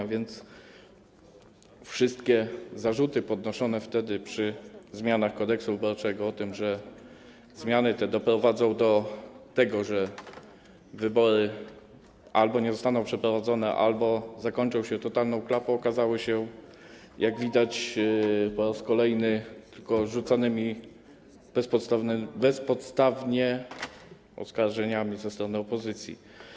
A więc wszystkie podnoszone wtedy przy zmianach Kodeksu wyborczego zarzuty, że zmiany te doprowadzą do tego, że wybory albo nie zostaną przeprowadzone, albo zakończą się totalną klapą, okazały się, jak widać, po raz kolejny tylko rzucanymi bezpodstawnie oskarżeniami ze strony opozycji.